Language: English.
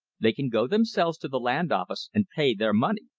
they can go themselves to the land office and pay their money.